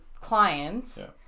clients